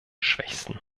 schwächsten